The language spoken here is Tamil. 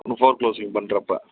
இன்னும் ஃபோர் க்ளோஷிங் பண்ணுறப்ப